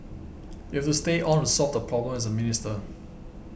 you have to stay on to solve the problem as a minister